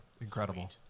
Incredible